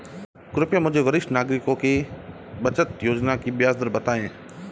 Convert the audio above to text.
कृपया मुझे वरिष्ठ नागरिकों की बचत योजना की ब्याज दर बताएं